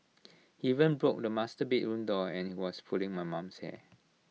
even broke the master bedroom door and he was pulling my mum's hair